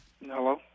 Hello